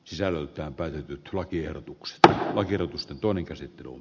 sisällöltään päätetyt lakiehdotukset oikeutusta toinen käsi turun